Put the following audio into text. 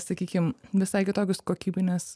sakykim visai kitokius kokybinės